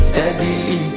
Steadily